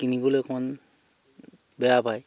কিনিবলৈ অকণ বেয়া পায়